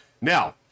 Now